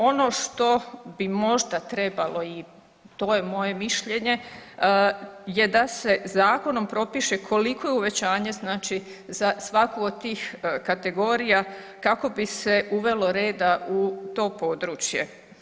Ono što bi možda trebao i to je moje mišljenje je da se zakonom propiše koliko je uvećanje znači za svaku od tih kategorija kako bi se uvelo reda u to područje.